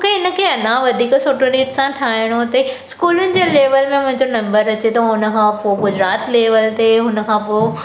तोखे हिनखे अञा वधीक सुठी रीति सां ठाहिणो अथई स्कूलनि जी लेवल में मुंहिंजो नंबर अचे थो हुनखां पोइ गुजरात लेवल ते हुन खां पोइ